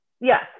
Yes